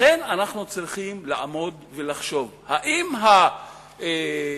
לכן אנחנו צריכים לחשוב, האם המטרות